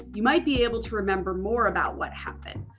you might be able to remember more about what happened.